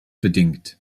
bedingt